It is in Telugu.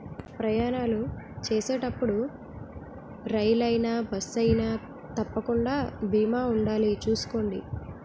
ప్రయాణాలు చేసేటప్పుడు రైలయినా, బస్సయినా తప్పకుండా బీమా ఉండాలి చూసుకోండి